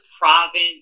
province